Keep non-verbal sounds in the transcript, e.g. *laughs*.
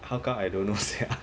how come I don't know *laughs* that ah